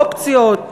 אופציות.